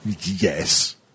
yes